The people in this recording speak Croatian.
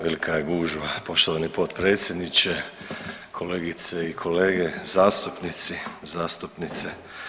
Velika je gužva poštovani potpredsjedniče, kolegice i kolege zastupnici, zastupnice.